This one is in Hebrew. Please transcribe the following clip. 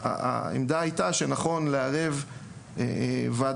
העמדה הייתה שנכון לערב ועדה,